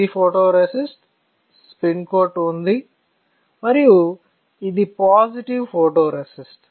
ఇది photoresist spin coat ఉంది మరియు ఇది పాజిటివ్ ఫోటోరేసిస్ట్